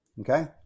Okay